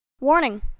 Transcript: Warning